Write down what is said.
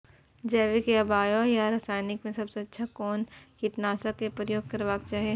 जैविक या बायो या रासायनिक में सबसँ अच्छा कोन कीटनाशक क प्रयोग करबाक चाही?